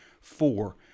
Four